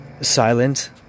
silent